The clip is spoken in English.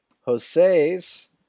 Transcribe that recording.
Jose's